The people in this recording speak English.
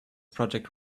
project